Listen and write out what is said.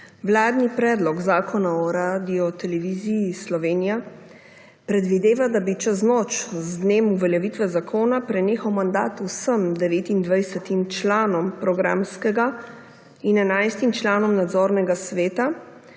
Vladni predlog zakona o Radioteleviziji Slovenija predvideva, da bi čez noč, z dnem uveljavitve zakona, prenehal mandat vsem 29 članom programskega in 11. članom nadzornega sveta,